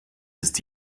ist